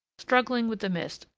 struggling with the mist,